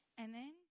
Amen